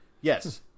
Yes